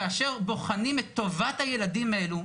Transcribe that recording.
כאשר בוחנים את טובת הילדים האלו,